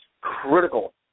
critical